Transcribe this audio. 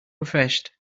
refreshed